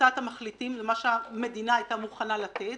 הצעת המחליטים זה מה שהמדינה היתה מוכנה לתת,